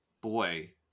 Boy